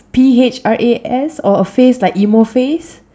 P_H_R_A_S or a face like emo face